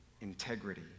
integrity